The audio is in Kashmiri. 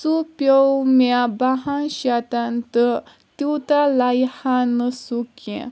سُہ پٮ۪و مےٚ بہن شیٚتن تہٕ تیوٗتاہ لیہِ ہا نہٕ سُہ کینٛہہ